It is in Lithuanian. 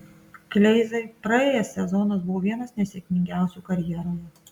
kleizai praėjęs sezonas buvo vienas nesėkmingiausių karjeroje